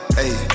hey